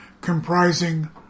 comprising